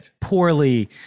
poorly